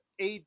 AD